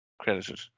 credited